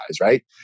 right